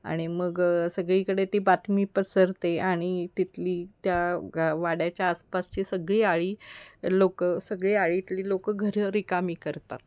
आणि मग सगळीकडे ती बातमी पसरते आणि तिथली त्या ग वाड्याच्या आसपासची सगळी आळी लोक सगळी आळीतली लोक घरंरिकामी करतात